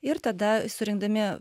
ir tada surinkdami